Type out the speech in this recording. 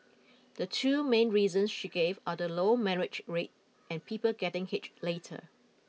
the two main reasons she gave are the low marriage rate and people getting hitch later